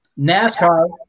NASCAR